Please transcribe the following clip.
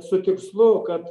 su tikslu kad